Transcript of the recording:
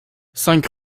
cinq